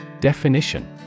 Definition